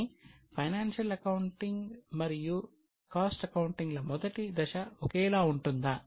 కానీ financial accounting మరియు cost accounting ల మొదటి దశ ఒకేలా ఉంటుందా